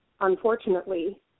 unfortunately